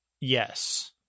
yes